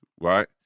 right